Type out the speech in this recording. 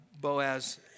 Boaz